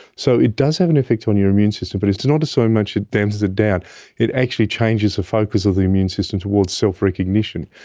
so it does have an effect on your immune system but it's not so and much it dampens it down, it actually changes the focus of the immune system towards self-recognition,